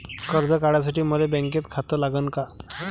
कर्ज काढासाठी मले बँकेत खातं लागन का?